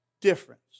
difference